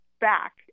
back